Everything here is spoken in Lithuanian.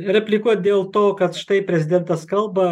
replikuot dėl to kad štai prezidentas kalba